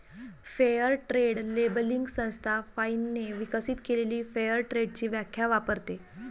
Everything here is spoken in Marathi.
फेअर ट्रेड लेबलिंग संस्था फाइनने विकसित केलेली फेअर ट्रेडची व्याख्या वापरते